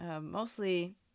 mostly